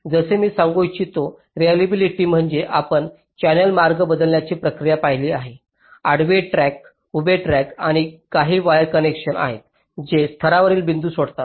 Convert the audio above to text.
जसे मी सांगू इच्छितो की रेलिएबिलिटी म्हणजेच आपण चॅनेल मार्ग बदलण्याची प्रक्रिया पाहिली आहे आडवे ट्रॅक उभ्या ट्रॅक आणि काही वायर कनेक्शन आहेत जे स्तरांवर बिंदू जोडतात